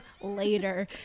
later